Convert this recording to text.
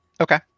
Okay